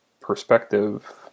perspective